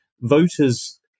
Voters